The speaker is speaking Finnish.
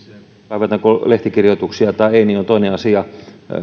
kaivataanko lehtikirjoituksia vai ei se on toinen asia myös